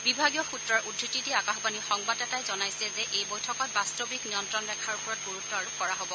বিভাগীয় সূত্ৰৰ উদ্ধত্তি দি আকাশবাণীৰ সংবাদদাতাই জনাইছে যে এই বৈঠকত বাস্তৱিক নিয়ন্ত্ৰণ ৰেখাৰ ওপৰত গুৰুত্ব আৰোপ কৰা হব